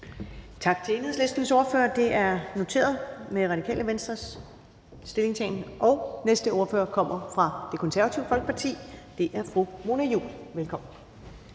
Tak til Enhedslistens ordfører. Radikale Venstres stillingtagen er noteret. Den næste ordfører kommer fra Det Konservative Folkeparti, og det er fru Mona Juul. Velkommen.